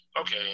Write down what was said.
Okay